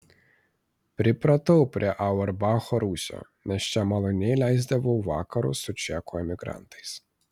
pripratau prie auerbacho rūsio nes čia maloniai leisdavau vakarus su čekų emigrantais